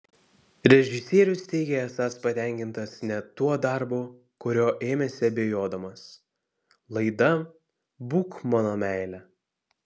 režisierius teigia esąs patenkintas net tuo darbu kurio ėmėsi abejodamas laida būk mano meile